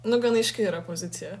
nu gana aiški yra pozicija